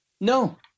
No